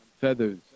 feathers